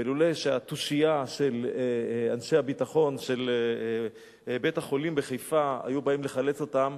ולולא התושייה של אנשי הביטחון של בית-החולים בחיפה שבאו לחלץ אותם,